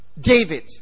David